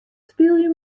spylje